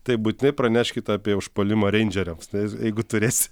tai būtinai praneškit apie užpuolimą reindžeriams nes jeigu turėsi